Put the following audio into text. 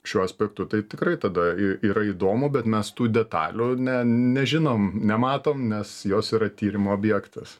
šiuo aspektu tai tikrai tada yra įdomu bet mes tų detalių ne nežinom nematom nes jos yra tyrimų objektas